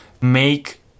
make